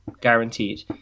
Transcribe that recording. guaranteed